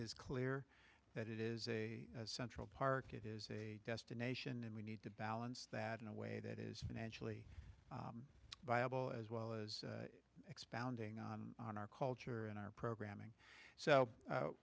is clear that it is a central park it is a destination and we need to balance that in a way that is financially viable as well as expounding on on our culture and our programming so